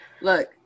look